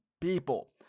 people